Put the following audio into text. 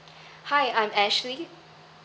hi I'm ashley